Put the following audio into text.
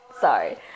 sorry